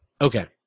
Okay